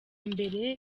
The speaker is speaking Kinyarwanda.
mbere